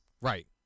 right